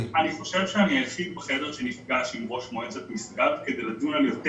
אני חושב שאני היחיד בחדר שנפגש עם ראש מועצת משגב כדי לדון על יותר